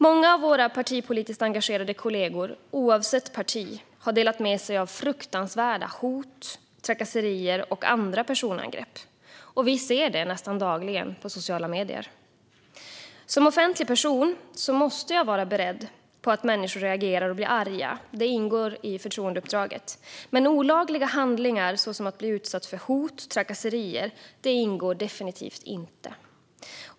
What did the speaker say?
Många av våra partipolitiskt engagerade kollegor, oavsett parti, har delat med sig av fruktansvärda hot, trakasserier och andra personangrepp. Vi ser det nästan dagligen på sociala medier. Som offentlig person måste jag vara beredd på att människor reagerar och blir arga; det ingår i förtroendeuppdraget. Men att utsättas för olagliga handlingar, som hot och trakasserier, ingår definitivt inte.